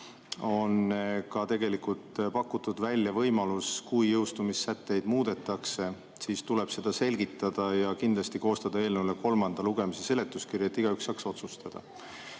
arvamuses pakutud välja võimalus, et kui jõustumissätteid muudetakse, siis tuleb seda selgitada ja kindlasti koostada eelnõule kolmanda lugemise seletuskiri, et igaüks saaks otsustada.